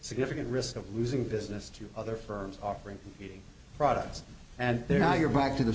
significant risk of losing business to other firms offering products and they're not you're back to the